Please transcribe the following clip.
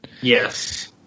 Yes